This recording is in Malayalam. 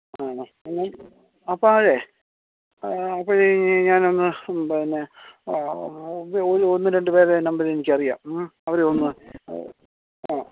ആണോ എന്നാ അപ്പൊഴേ അപ്പോഴേ ഞാൻ ഒന്ന് പിന്നെ ഒരു ഒന്ന് രണ്ട് പേരെ നമ്പർ എനിക്ക് അറിയാം അവരെ ഒന്ന് ആ